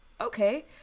Okay